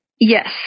Yes